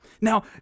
Now